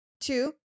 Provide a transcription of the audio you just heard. Two